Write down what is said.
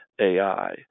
AI